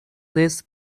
this